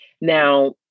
Now